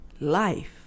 life